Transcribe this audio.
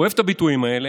הוא אוהב את הביטויים האלה,